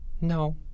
No